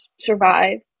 survive